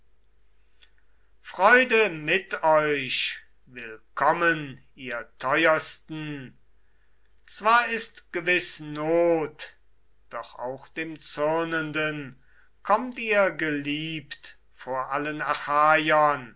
freude mit euch willkommen ihr teuersten zwar ist gewiß not doch auch dem zürnenden kommt ihr geliebt vor allen